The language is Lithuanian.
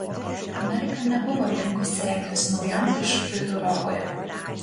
amerika nebuvo linkusi rengtis naujam iššūkiui europoje